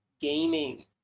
gaming